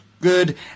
good